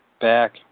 back